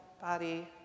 body